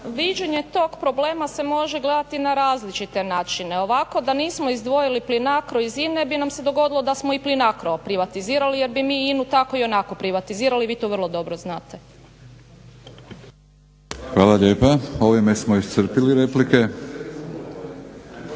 viđenje tog problema se može gledati na različite načine. Ovako da nismo izdvojili PLINACRO iz INA-e bi nam se dogodilo da smo i PLINACRO privatizirali jer bi mi INA-u tako i onako privatizirali. Vi to vrlo dobro znate. **Batinić, Milorad (HNS)** Hvala lijepa. Ovime smo iscrpili replike.